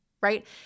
right